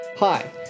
Hi